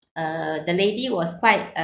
uh the lady was quite uh